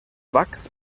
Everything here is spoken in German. wachs